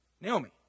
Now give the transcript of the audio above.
Naomi